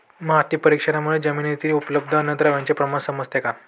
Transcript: माती परीक्षणामुळे जमिनीतील उपलब्ध अन्नद्रव्यांचे प्रमाण समजते का?